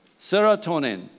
Serotonin